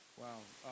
wow